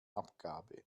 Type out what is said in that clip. abgabe